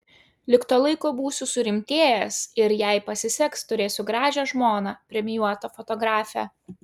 lig to laiko būsiu surimtėjęs ir jei pasiseks turėsiu gražią žmoną premijuotą fotografę